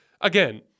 again